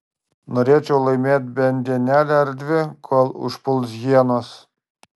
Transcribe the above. norėčiau laimėt bent dienelę ar dvi kol užpuls hienos